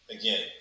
Again